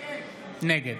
נגד